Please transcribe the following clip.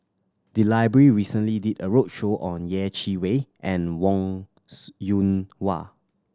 the library recently did a roadshow on Yeh Chi Wei and Wong Yoon Wah